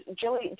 Jilly